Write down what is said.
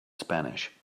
spanish